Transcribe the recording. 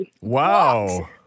Wow